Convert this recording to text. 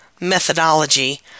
methodology